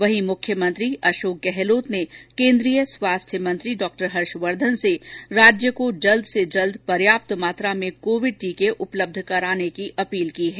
वहीं मुख्यमंत्री अशोक गहलोत ने केन्द्रीय स्वास्थ्य मंत्री डॉ हर्षवर्धन से राज्य को जल्द से जल्द पर्याप्त मात्रा में कोविड टीके उपलब्ध कराने की अपील की है